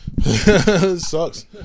Sucks